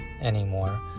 anymore